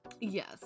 yes